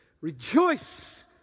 Rejoice